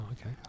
okay